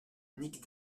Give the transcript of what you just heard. nic